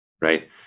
Right